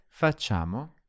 Facciamo